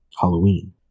Halloween